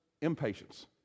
impatience